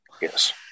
Yes